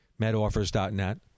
medoffers.net